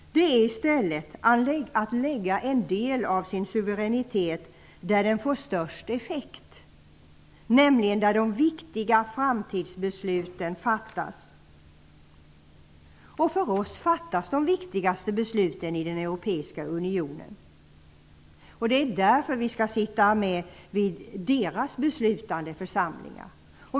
Det är i stället att lägga en del av sin suveränitet där den får störst effekt, nämligen där de viktiga framtidsbesluten fattas. För oss fattas de viktigaste besluten i den europeiska unionen. Det är därför vi skall sitta med i deras beslutande församlingar.